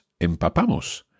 empapamos